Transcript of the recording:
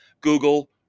google